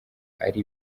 ari